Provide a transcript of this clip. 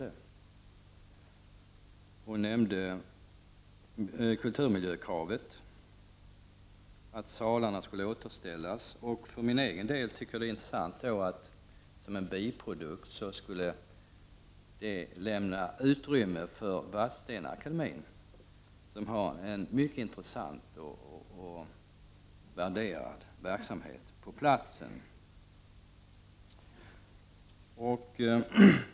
Lola Björkquist nämnde även kulturmiljökravet, att salarna skall återställas. För egen del tycker jag att det är intressant att detta arkiv som en biprodukt skulle lämna utrymme för Vadstenaakademien som, har en mycket intressant och värderad verksamhet på platsen.